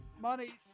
money